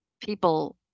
people